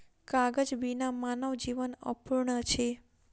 कागज बिना मानव जीवन अपूर्ण अछि